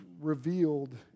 revealed